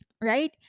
Right